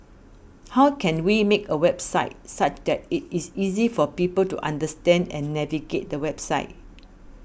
how can we make a website such that it is easy for people to understand and navigate the website